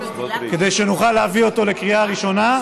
כדי שנוכל להביא אותו לקריאה ראשונה,